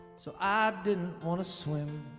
so i didn't want to swim